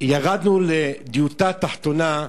ירדנו לדיוטה התחתונה,